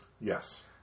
Yes